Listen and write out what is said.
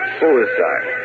suicide